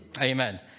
Amen